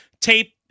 tape